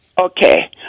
Okay